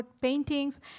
paintings